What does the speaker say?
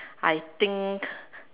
I think